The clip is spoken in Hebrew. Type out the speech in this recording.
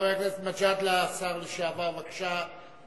חבר הכנסת מג'אדלה, השר לשעבר, בבקשה.